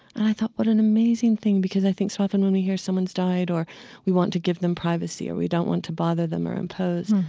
and i thought what an amazing thing, because i think so often when we hear someone's died or we want to give them privacy or we don't want to bother them or impose.